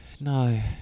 No